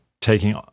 taking